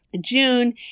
June